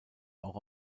auch